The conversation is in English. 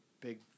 big